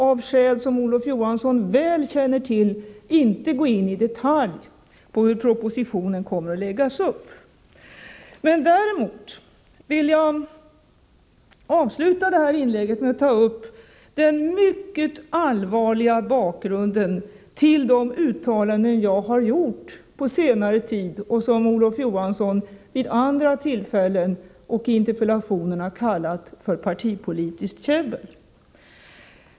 Av skäl som Olof Johansson väl känner till kan jag inte gå in i detalj på hur propositionen kommer att läggas upp. Jag vill avsluta detta inlägg med att ta upp den mycket allvarliga bakgrunden till de uttalanden som jag har gjort på senare tid och som Olof Johansson vid andra tillfällen och i interpellationen har kallat partipolitiskt käbbel.